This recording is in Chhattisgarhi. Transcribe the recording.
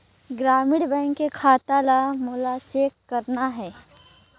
ग्रामीण बैंक के खाता ला मोला चेक करना हे?